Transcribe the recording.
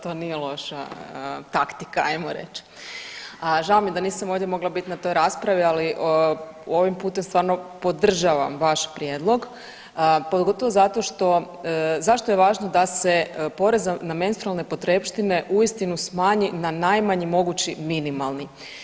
To, to nije loša taktika ajmo reć, a žao mi je da nisam ovdje mogla bit na toj raspravi, ali ovim putem stvarno podržavam vaš prijedlog, pogotovo zato što, zašto je važno da se porez na menstrualne potrepštine uistinu smanji na najmanji mogući minimalni?